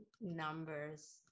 numbers